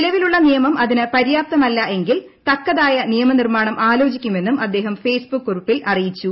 നിലവിലുള്ള നിയമം അതിന് പരൃാപ്തമല്ല എങ്കിൽ തക്കതായ നിയമ നിർമാണം ആലോചിക്കുമെന്നും അദ്ദേഹം ഫേസ്ബുക്ക് കുറിപ്പിൽ അറിയിച്ചു